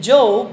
Job